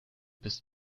bist